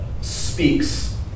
speaks